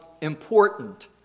important